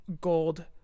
gold